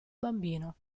bambino